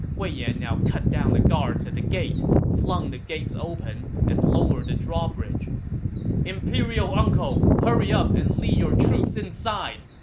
wei yan now cut down the guards at the gate, flung the gates open, and lowered the drawbridge imperial uncle, hurry up and lead your troops inside!